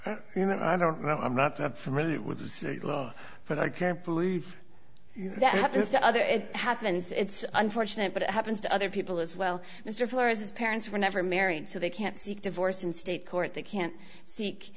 and i don't know i'm not that familiar with the state law but i can't believe that happens to other it happens it's unfortunate but it happens to other people as well mr flores his parents were never married so they can't seek divorce in state court they can't seek